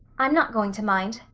i'm not going to mind,